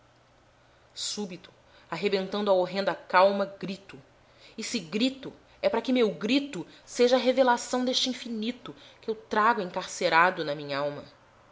súbito arrebentando a horrenda calma grito e se gritio é para que meu grito seja a revelação deste infiniti que eu trago encarcerado da minhalma